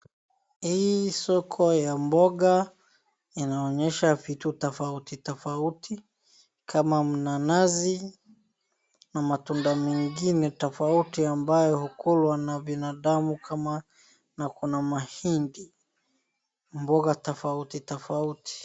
Hii soko ya mboga inaonyesha vitu tofauti tofauti kama mnanazi na matunda mengine tofauti ambayo hukulwa na binadamu kama na kuna mahindi mboga tofauti tofauti.